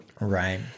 Right